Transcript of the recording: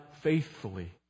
faithfully